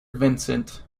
vincent